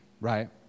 right